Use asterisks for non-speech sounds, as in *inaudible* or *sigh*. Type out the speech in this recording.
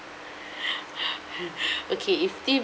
*breath* okay if